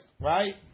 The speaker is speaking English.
Right